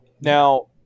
Now